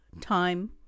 time